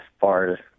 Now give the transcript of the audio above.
far